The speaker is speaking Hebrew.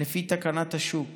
לפי תקנת השוק